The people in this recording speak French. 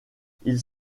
ils